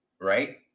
right